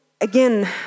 again